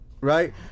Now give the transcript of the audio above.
Right